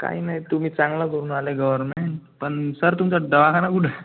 काही नाही तुम्ही चांगला धरून राहिले गव्हर्मेंट पण सर तुमचा दवाखाना कुठं आहे